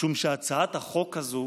משום שהצעת החוק הזאת